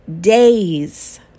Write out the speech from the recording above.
days